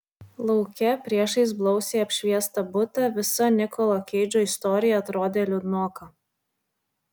lauke priešais blausiai apšviestą butą visa nikolo keidžo istorija atrodė liūdnoka